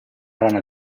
rana